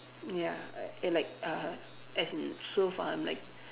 ya I like uh as in so far I'm like